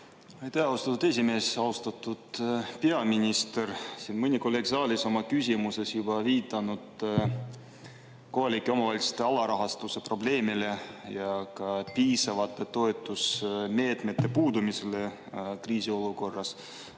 Aitäh, austatud esimees! Austatud peaminister! Siin mõni kolleeg saalis on oma küsimuses juba viidanud kohalike omavalitsuste alarahastuse probleemile ja piisavate toetusmeetmete puudumisele kriisiolukorras.